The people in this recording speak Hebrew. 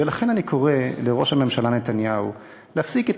ולכן אני קורא לראש הממשלה נתניהו להפסיק את